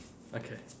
okay